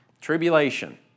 Tribulation